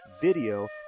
video